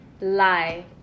lie